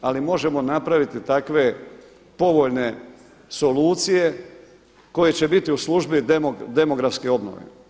Ali možemo napraviti takve povoljne solucije koje će biti u službi demografske obnove.